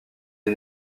est